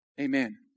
Amen